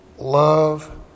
Love